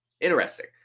Interesting